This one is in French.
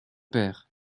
père